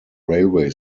railway